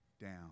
down